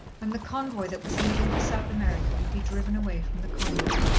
when the convoy that was leaving for south america would be driven away from the convent.